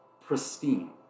pristine